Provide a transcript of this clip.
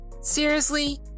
Seriously